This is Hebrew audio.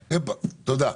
באוקראינה.